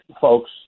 folks